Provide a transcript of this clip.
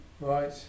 right